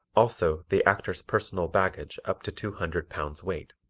also the actor's personal baggage up to two hundred pounds weight.